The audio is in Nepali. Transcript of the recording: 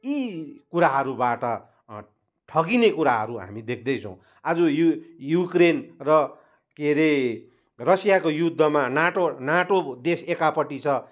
यी कुराहरूबाट ठगिने कुराहरू हामी देख्दैछौँ आज यु युक्रेन र के अरे रसियाको युद्धमा नाटो नाटो देश एकापट्टि छ